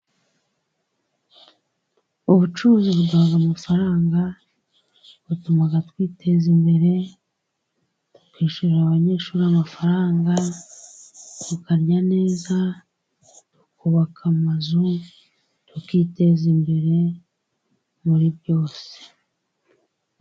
Ubucuruzi butanga amafaranga, butuma twiteza imbere, twishyurira abanyeshuri amafaranga, tukarya neza, tukubaka amazu, tukiteza imbere muri byose.